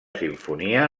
simfonia